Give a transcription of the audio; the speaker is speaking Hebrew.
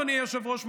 אדוני היושב-ראש,